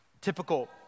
Typical